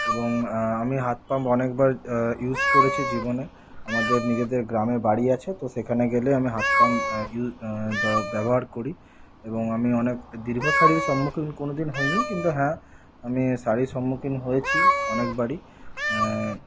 এবং আমি হাত পাম্প অনেকবার ইউজ করেছি জীবনে আমাদের নিজেদের গ্রামে বাড়ি আছে তো সেখানে গেলে আমি হাত পাম্প ইউজ ব্যবহার করি এবং আমি অনেক দীর্ঘ সারির সম্মুখীন কোনো দিন হইনি কিন্তু হ্যাঁ আমি সারির সম্মুখীন হয়েছি অনেকবারই